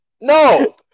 no